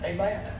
Amen